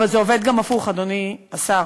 אבל זה עובד גם הפוך, אדוני השר.